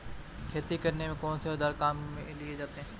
खेती करने में कौनसे औज़ार काम में लिए जाते हैं?